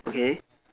okay